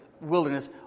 wilderness